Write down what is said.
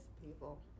people